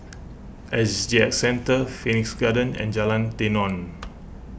S G X Centre Phoenix Garden and Jalan Tenon